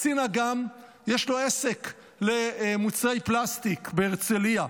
קצין האג"ם יש לו עסק למוצרי פלסטיק בהרצליה,